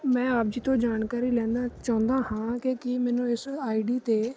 ਮੈਂ ਆਪ ਜੀ ਤੋਂ ਜਾਣਕਾਰੀ ਲੈਣਾ ਚਾਹੁੰਦਾ ਹਾਂ ਕਿ ਕੀ ਮੈਨੂੰ ਇਸ ਆਈਡੀ 'ਤੇ